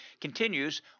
continues